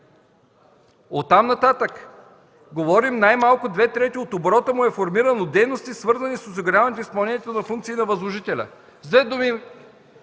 Оттам нататък, говорим: „най-малко две трети от оборота му да е формиран от дейности, свързани с осигуряване изпълнението на функции на възложителя”.